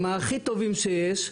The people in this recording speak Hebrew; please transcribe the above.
הם ההכי טובים שיש,